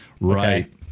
Right